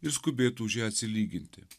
ir skubėtų už ją atsilyginti